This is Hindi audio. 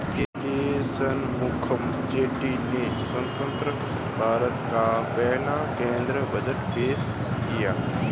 के शनमुखम चेट्टी ने स्वतंत्र भारत का पहला केंद्रीय बजट पेश किया